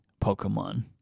Pokemon